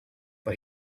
but